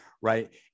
right